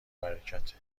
برکته